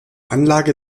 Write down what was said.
anlage